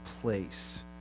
place